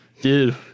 Dude